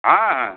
হ্যাঁ